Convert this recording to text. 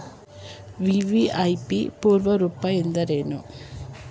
VVIP ಪೂರ್ಣ ರೂಪ ಎಂದರೇನು?